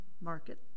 market